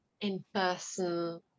in-person